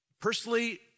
Personally